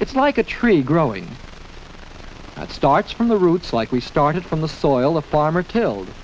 it's like a tree growing that starts from the roots like we started from the soil the farmer tilled